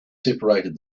separated